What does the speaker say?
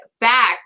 back